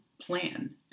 plan